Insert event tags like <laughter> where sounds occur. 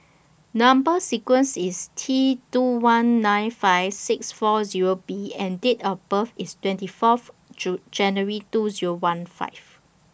Number sequence IS T two one nine five six four Zero B and Date of birth IS twenty Fourth <unintelligible> January two Zero one five